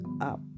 up